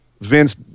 Vince